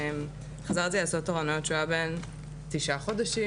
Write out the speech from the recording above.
חזרתי לעשות תורנות כשהוא היה בן תשעה חודשים,